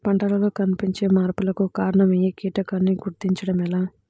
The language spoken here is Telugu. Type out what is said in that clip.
పంటలలో కనిపించే మార్పులకు కారణమయ్యే కీటకాన్ని గుర్తుంచటం ఎలా?